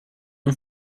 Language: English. and